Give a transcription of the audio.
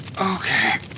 Okay